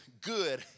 good